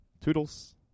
Toodles